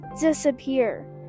disappear